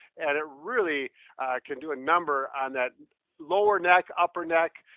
and it really can do a number on that lower neck, upper neck.